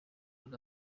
muri